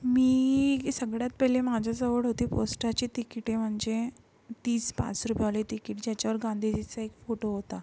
मी सगळ्यात पहिले माझ्याजवळ होती पोस्टाचे तिकिटे म्हणजे तीस पाच रुपयेवाले तिकीट ज्याच्यावर गांधीजीचा एक फोटो होता